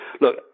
look